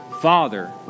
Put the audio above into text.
Father